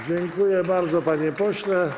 Dziękuję bardzo, panie pośle.